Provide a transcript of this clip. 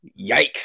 yikes